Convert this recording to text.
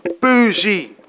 Bougie